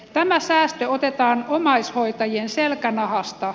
tämä säästö otetaan omaishoitajien selkänahasta